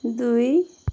दुई